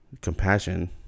compassion